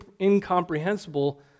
incomprehensible